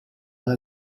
alla